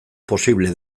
posible